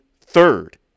third